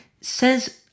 says